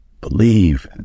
believe